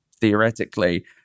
theoretically